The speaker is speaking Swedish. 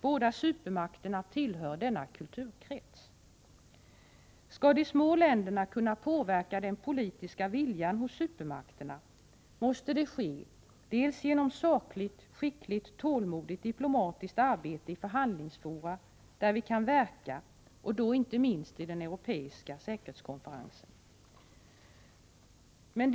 Båda supermakterna tillhör denna kulturkrets. Skall de små länderna kunna påverka den politiska viljan hos supermakterna måste det ske genom sakligt, skickligt, tålmodigt och diplomatiskt arbete i förhandlingsfora där vi kan verka, och då inte minst i den europeiska säkerhetskonferensen.